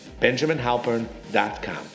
benjaminhalpern.com